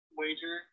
wager